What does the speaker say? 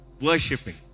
worshipping